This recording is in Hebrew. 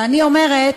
ואני אומרת: